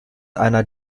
einer